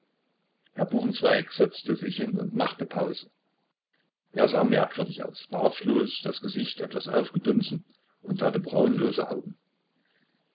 herr buchenzweig setzte sich hin und machte pause er sah merkwürdig aus bartlos das gesicht etwas aufgedunsen und hatte brauenlose augen